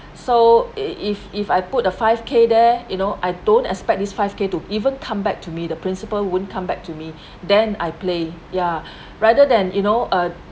so if if I put a five K there you know I don't expect this five K to even come back to me the principal won't come back to me then I play ya rather than you know uh